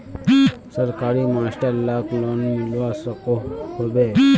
सरकारी मास्टर लाक लोन मिलवा सकोहो होबे?